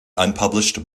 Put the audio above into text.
unpublished